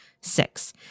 six